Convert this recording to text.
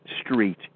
street